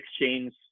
exchange